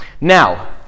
Now